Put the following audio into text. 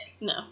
No